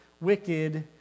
wicked